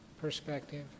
perspective